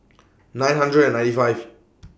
nine hundred and ninety five